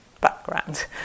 background